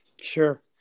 Sure